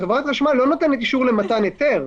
חברת החשמל לא נותנת אישור למתן היתר,